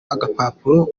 agapapuro